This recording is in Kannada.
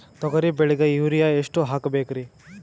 ತೊಗರಿ ಬೆಳಿಗ ಯೂರಿಯಎಷ್ಟು ಹಾಕಬೇಕರಿ?